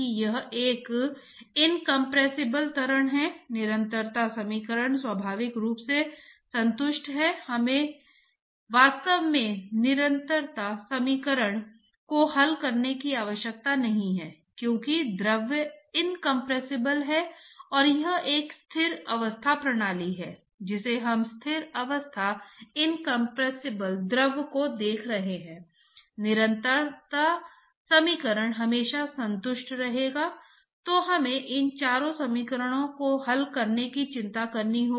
तो अब मान लीजिए कि मैं हीट ट्रांसपोर्ट गुणांक अभिव्यक्ति को देखता हूं अब क्या है हम ग्रेडिएंट के बारे में क्या कह सकते हैं तो जब आप फ्लैट प्लेट में जाते हैं तो आप ग्रेडिएंट के घटने या बढ़ने की उम्मीद करते हैं